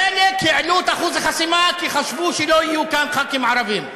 חלק העלו את אחוז החסימה כי חשבו שלא יהיו כאן ח"כים ערבים,